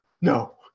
no